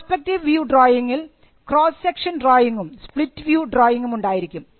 perspective view ഡ്രോയിങിൽ cross section ഡ്രോയിംഗും split view ഡ്രോയിങും ഉണ്ടായിരിക്കും